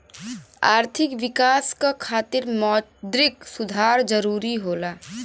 आर्थिक विकास क खातिर मौद्रिक सुधार जरुरी होला